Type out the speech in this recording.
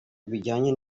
bijyanye